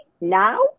now